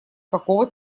какого